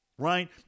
right